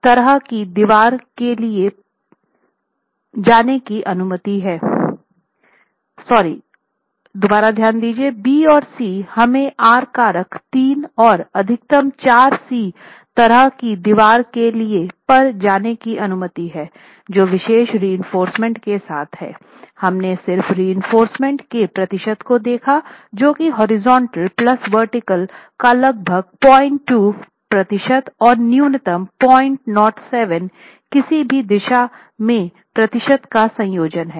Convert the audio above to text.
B और C हमें R कारक 3 और अधिकतम 4 सी तरह की दीवार के लिए पर जाने की अनुमति है जो विशेष रिइंफोर्समेंट के साथ है हमने सिर्फ रिइंफोर्समेंट के प्रतिशत को देखा जो कि हॉरिजॉन्टल प्लस वर्टिकल का लगभग 02 प्रतिशत और न्यूनतम 007 किसी भी दिशा में प्रतिशत का संयोजन है